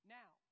now